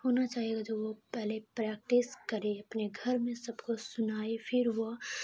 ہونا چاہیے جو وہ پہلے پریکٹس کرے اپنے گھر میں سب کو سنائے پھر وہ